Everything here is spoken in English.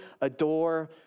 adore